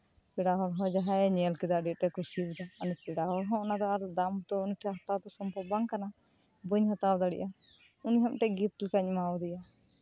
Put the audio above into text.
ᱯᱮᱲᱟ ᱦᱚᱲ ᱦᱚᱸ ᱡᱟᱸᱦᱟᱭᱮ ᱧᱮᱞ ᱠᱮᱫᱟ ᱟᱹᱰᱤ ᱟᱸᱴᱮ ᱠᱩᱥᱤᱭᱟᱫᱟ ᱩᱱᱤ ᱯᱮᱲᱟ ᱦᱚᱲ ᱦᱚᱸ ᱚᱱᱟᱫᱚ ᱟᱨ ᱫᱟᱢ ᱛᱚ ᱩᱱᱤ ᱴᱷᱮᱱ ᱦᱟᱛᱟᱣ ᱫᱚ ᱥᱚᱢᱵᱷᱚᱵ ᱵᱟᱝ ᱠᱟᱱᱟ ᱵᱟᱹᱧ ᱦᱟᱛᱟᱣ ᱫᱟᱲᱮᱭᱟᱜᱼᱟ ᱩᱱᱤ ᱦᱚᱸ ᱢᱤᱫᱴᱮᱱ ᱜᱤᱯᱷᱴ ᱞᱮᱠᱟᱧ ᱮᱢᱟᱣ ᱫᱮᱭᱟ